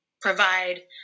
provide